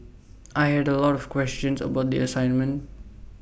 I had A lot of questions about the assignment